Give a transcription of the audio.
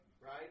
Right